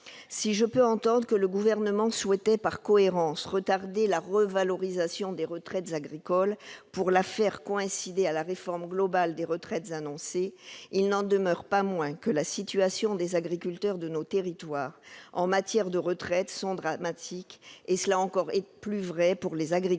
Si je peux entendre que le Gouvernement souhaite par cohérence retarder la revalorisation des retraites agricoles pour la faire coïncider avec la réforme globale annoncée des retraites, il n'en demeure pas moins que la situation des agriculteurs de nos territoires en matière de retraite est dramatique. Et c'est encore plus vrai pour les agricultrices,